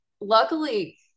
luckily